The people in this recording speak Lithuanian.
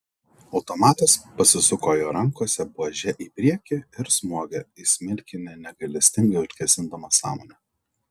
automatas pasisuko jo rankose buože į priekį ir smogė į smilkinį negailestingai užgesindamas sąmonę